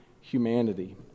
humanity